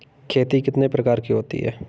खेती कितने प्रकार की होती है?